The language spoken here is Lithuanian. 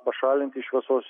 pašalinti iš visos